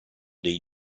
dei